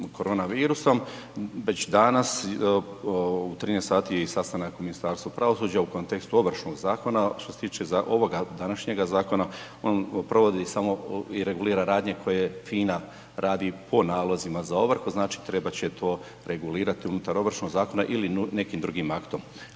korona virusom, već danas u 13,00 je i sastanak u Ministarstvu pravosuđa u kontekstu Ovršnog zakona. A što se tiče ovoga današnjega zakona, on provodi i regulira radnje koje FINA radi po nalozima za ovrhu, znači trebat će to regulirati unutar Ovršnog zakona ili nekim drugim aktom.